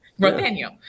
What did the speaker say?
Rothaniel